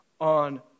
on